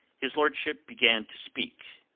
his lordship began to speak.